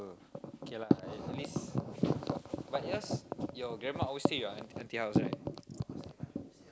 okay lah at least but yours your grandma always take your auntie house right